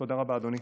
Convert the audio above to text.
תודה רבה, אדוני.